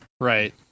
Right